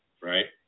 Right